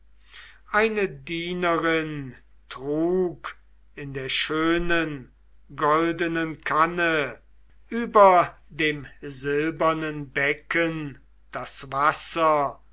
eine dienerin trug in der schönen goldenen kanne über dem silbernen becken das wasser